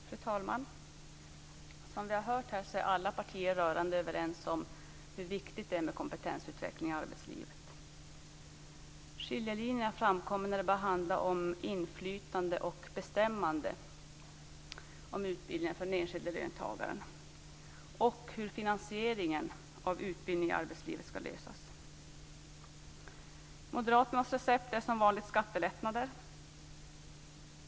Fru talman! Som vi har hört är alla partier rörande överens om hur viktigt det är med kompetensutveckling i arbetslivet. Skiljelinjerna framkommer när det börjar handla om inflytande och bestämmande i fråga om utbildningar för den enskilde löntagaren och om hur finansieringen av utbildning i arbetslivet skall lösas. Moderaternas recept är som vanligt skattelättnader.